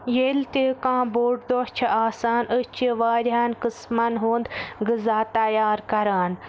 ییٚلہِ تہِ کانٛہہ بوٚڑ دۄہ چھُ آسان أسۍ چھِ واریاہَن قٕسمَن ہُنٛد غزا تَیار کَران